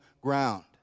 ground